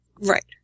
Right